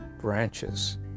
branches